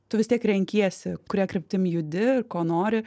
tu vis tiek renkiesi kuria kryptim judi ir ko nori